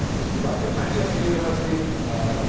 it's goodbye from manchester university.